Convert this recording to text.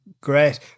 Great